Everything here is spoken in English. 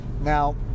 now